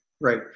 Right